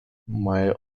may